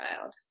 child